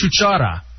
Chuchara